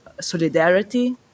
solidarity